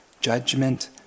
judgment